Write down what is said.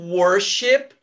worship